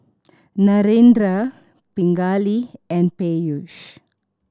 Narendra Pingali and Peyush